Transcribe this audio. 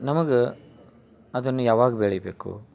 ನಮಗೆ ಅದನ್ನ ಯಾವಾಗ ಬೆಳಿಬೇಕು